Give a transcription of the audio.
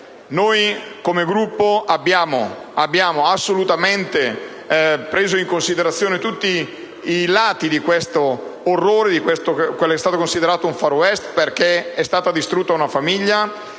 noi come Gruppo abbiamo assolutamente preso in considerazione tutti i lati di questo orrore, di quello che è stato considerato un fatto da *Far West*, perché è stata distrutta una famiglia.